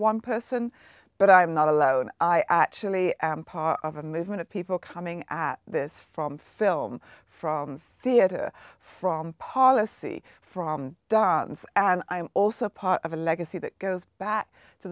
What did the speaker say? one person but i'm not alone busy i actually am part of a movement of people coming at this from film from theater from policy from dogs and i'm also part of a legacy that goes back to